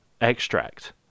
extract